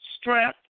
strength